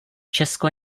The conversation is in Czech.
česko